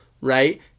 right